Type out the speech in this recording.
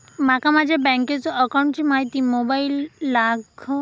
माका माझ्या बँकेच्या अकाऊंटची माहिती मोबाईलार बगुक मेळतली काय?